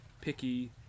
picky